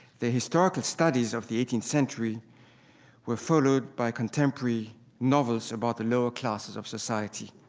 the historical studies of the eighteenth century were followed by contemporary novels about the lower classes of society.